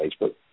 Facebook